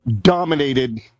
dominated